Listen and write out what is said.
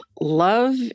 Love